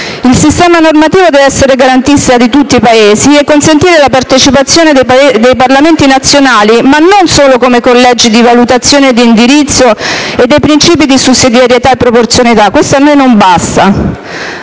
Il sistema normativo deve essere garantista di tutti i Paesi e consentire la partecipazione dei Parlamenti nazionali, ma non solo come collegi di indirizzo e di valutazione dei principi di sussidiarietà e proporzionalità (questo a noi non basta),